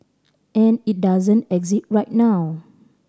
and it doesn't exist right now